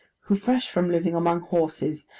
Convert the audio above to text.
who fresh from living among horses,